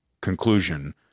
conclusion